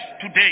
today